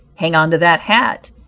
hang on to that hat,